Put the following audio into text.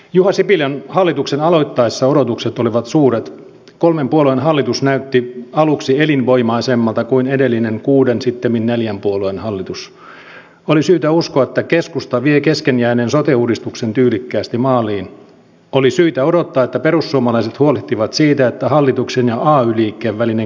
juha sipilän hallituksen aloittaessa odotukset olivat suuret kolmen puolueen hallitus näytti aluksi elinvoimaisemmalta kuin edellinen kuuden sittemmin neljän puolueen hallitus oli syytä uskoa että keskusta vie kesken jääneen sote uudistuksen tyylikkäästi maaliin oli syytä odottaa että perussuomalaiset huolehtivat siitä että hallituksen ja ay liikkeen välinen